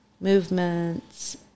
movements